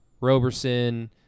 Roberson